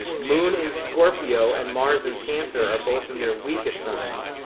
moon in scorpio and mars in cancer are both in their weakest signs,